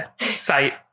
site